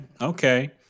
okay